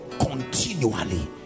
continually